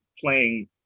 playing